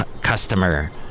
customer